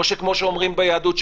כמו שאומרים ביהדות,